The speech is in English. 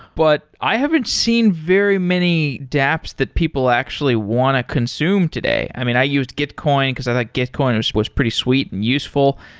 but i haven't seen very many daps that people actually want to consume today. i mean, i used gitcoin because i think gitcoin was was pretty sweet and useful.